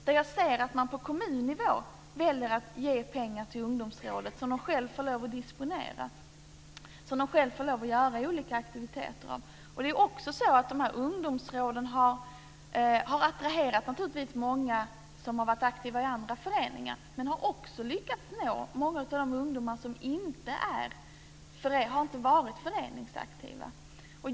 Där har jag sett att man på kommunnivå väljer att ge pengar till ungdomsrådet, som de själva får lov att disponera och göra olika aktiviteter för. De här ungdomsråden har naturligtvis attraherat många som har varit aktiva i andra föreningar, men har också lyckats nå många av de ungdomar som inte har varit föreningsaktiva.